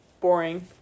Boring